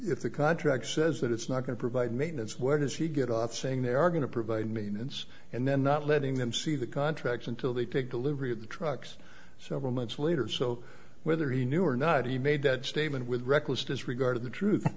if the contract says that it's not going to provide maintenance where does he get off saying they are going to provide i mean it's and they're not letting them see the contracts until they pick the livery of the trucks several months later so whether he knew or not he made that statement with reckless disregard of the truth